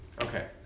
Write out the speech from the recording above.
Okay